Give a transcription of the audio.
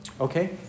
Okay